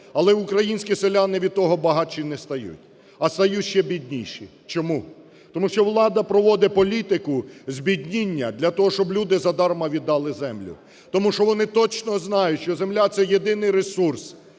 але українські селяни від того багатші не стають, а стають ще бідніші. Чому? Тому що влада проводить політику збідніння для того, щоб люди за дарма віддали землю, тому що вони точно знають, що земля – це єдиний ресурс,